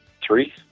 three